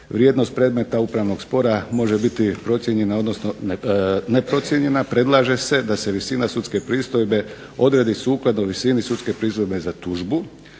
Vrijednost predmeta upravnog spora može biti procijenjen odnosno neprocijenjena predlaže se da se visina sudske pristojbe odredbi sukladno visini sudske pristojbe za tužbu,